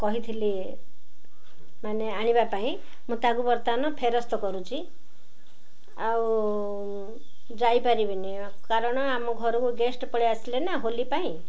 କହିଥିଲି ମାନେ ଆଣିବା ପାଇଁ ମୁଁ ତାକୁ ବର୍ତ୍ତମାନ ଫେରସ୍ତ କରୁଛି ଆଉ ଯାଇପାରିବିନି କାରଣ ଆମ ଘରକୁ ଗେଷ୍ଟ ପଳେଇ ଆସିଲେ ନା ହୋଲି ପାଇଁ